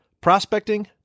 Prospecting